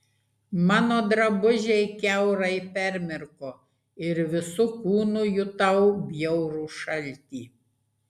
mano drabužiai kiaurai permirko ir visu kūnu jutau bjaurų šaltį